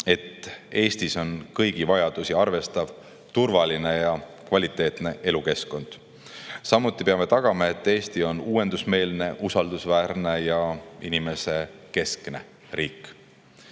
et Eestis oleks kõigi vajadusi arvestav turvaline ja kvaliteetne elukeskkond. Samuti peame tagama, et Eesti oleks uuendusmeelne, usaldusväärne ja inimesekeskne riik.